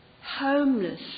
homeless